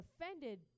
offended